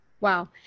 Wow